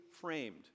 framed